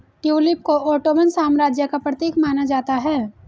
tulip को Ottoman साम्राज्य का प्रतीक माना जाता है